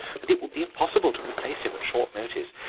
and it would be impossible to replace him at short notice.